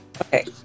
Okay